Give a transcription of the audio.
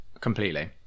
Completely